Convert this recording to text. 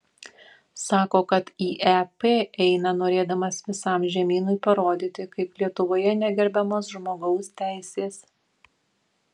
sako kad į ep eina norėdamas visam žemynui parodyti kaip lietuvoje negerbiamos žmogaus teisės